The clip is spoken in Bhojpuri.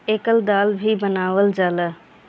एकर दाल भी बनावल जाला